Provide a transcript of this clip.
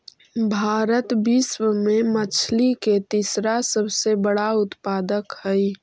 भारत विश्व में मछली के तीसरा सबसे बड़ा उत्पादक हई